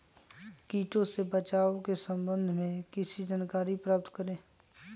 किटो से बचाव के सम्वन्ध में किसी जानकारी प्राप्त करें?